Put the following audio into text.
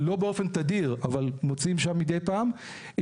לא באופן תדיר אבל מוצאים שם מדי פעם.